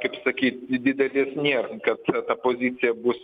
kaip sakyt didelės nėr kad ta pozicija bus